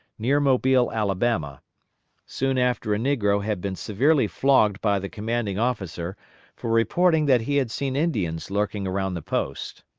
near mobile, alabama soon after a negro had been severely flogged by the commanding officer for reporting that he had seen indians lurking around the post.